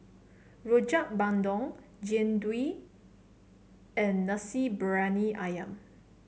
Rojak Bandung Jian Dui and Nasi Briyani ayam